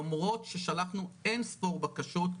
למרות ששלחנו אינספור בקשות,